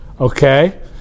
okay